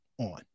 on